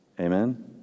Amen